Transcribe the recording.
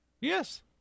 Yes